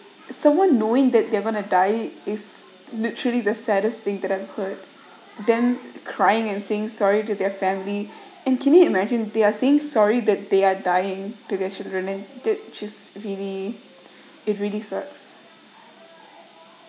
someone knowing that they are going to die is literally the saddest thing that I've heard them crying and saying sorry to their family and can you imagine they are saying sorry that they are dying that just really it really sucks